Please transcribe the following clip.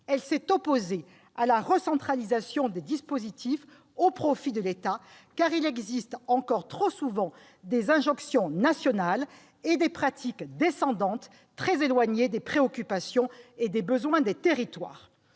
Elle s'est opposée à la recentralisation des dispositifs au profit de l'État, car il existe encore trop souvent des injonctions nationales et des pratiques descendantes très éloignées des préoccupations et des besoins des territoires.